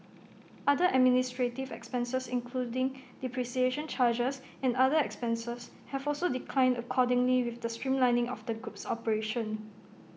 other administrative expenses including depreciation charges and other expenses have also declined accordingly with the streamlining of the group's operations